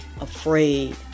afraid